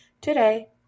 today